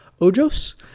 Ojos